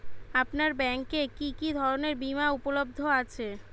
আপনার ব্যাঙ্ক এ কি কি ধরনের বিমা উপলব্ধ আছে?